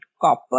copper